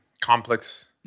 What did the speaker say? complex